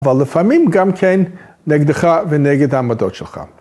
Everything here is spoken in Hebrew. אבל לפעמים גם כן נגדך ונגד העמדות שלך.